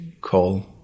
call